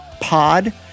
pod